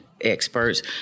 experts